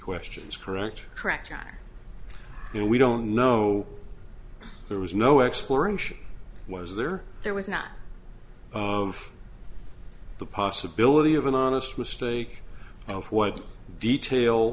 questions correct correct and we don't know there was no exploration was there there was not of the possibility of an honest mistake of what detail